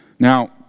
Now